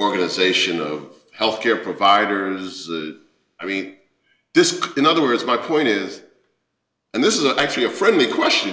organization of health care providers i mean this in other words my point is and this isn't actually a friendly question